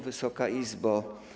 Wysoka Izbo!